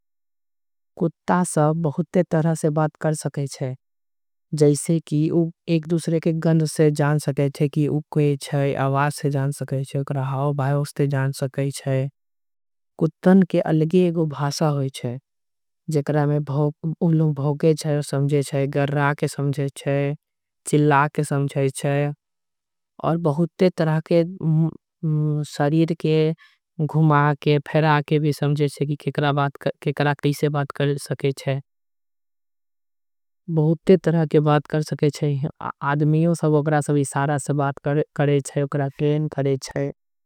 कुत्ता सब एक दूसरा से कई तरीका से बात कर सकत हई। जैसे कि ओ एक दूसरा के गंध से जान सकयी छे हाव भाव। से जान सकयी छे कुत्तन के अलगे एको भाषा होई छे। उनलोग भूखे छे गरआ के समझे छे चिल्ला के आऊ। बहुते तरीका शरीर के घुमा के समझे छे की केकरा का। बात करे के छे आदमियो संग इशारा कर के बात करे छे।